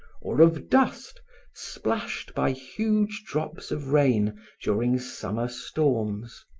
or of dust splashed by huge drops of rain during summer storms.